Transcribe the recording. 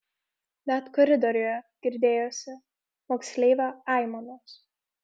net koridoriuje girdėjosi moksleivio aimanos